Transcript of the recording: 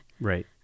Right